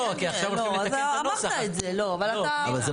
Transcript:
לא, כי עכשיו הולכים לתקן את הנוסח.